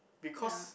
because